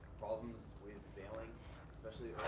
problems with failing especially